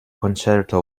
concerto